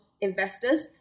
investors